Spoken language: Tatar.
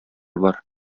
бар